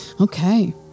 Okay